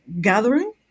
gathering